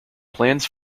plans